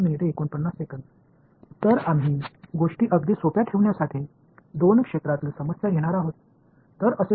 எனவே விஷயங்களை மிகவும் எளிமையாக வைத்திருக்க இரண்டு பிராந்திய சிக்கலை நாம் எடுக்கப்போகிறோம்